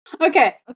Okay